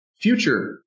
future